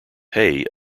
hay